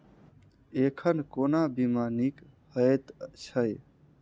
एखन कोना बीमा नीक हएत छै?